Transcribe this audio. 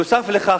נוסף על כך,